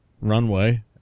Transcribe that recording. runway